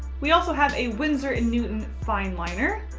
we also have a winsor and newton fine liner.